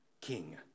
king